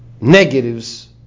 negatives